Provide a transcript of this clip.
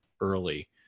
early